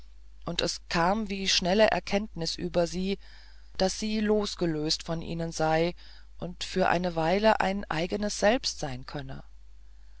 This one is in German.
und es kam wie schnelle erkenntnis über sie daß sie losgelöst von ihnen sei und für eine weile ein eigenes selbst sein könne